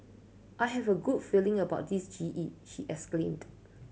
I have a good feeling about this G E she exclaimed